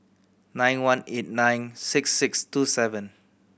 nine one eight nine six six two seven